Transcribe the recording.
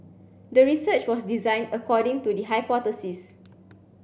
the research was designed according to the hypothesis